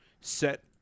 set